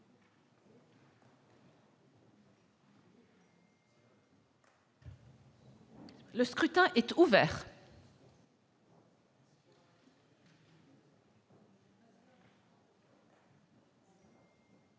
Le scrutin est ouvert.